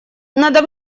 надо